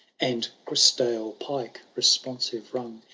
and grisdale-pike responsiye rung.